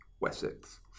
Wessex